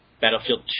Battlefield